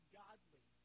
godly